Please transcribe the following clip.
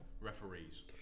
referees